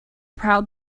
proud